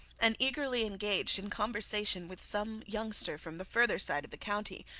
and eagerly engaged in conversation with some youngster from the further side of the county,